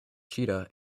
cheetah